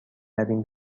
رویم